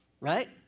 Right